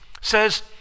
says